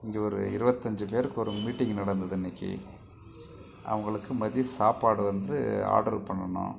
இங்கே ஒரு இருபத்தஞ்சி பேருக்கு ஒரு மீட்டிங்கு நடந்தது இன்றைக்கி அவங்களுக்கு மதிய சாப்பாடு வந்து ஆர்டரு பண்ணனும்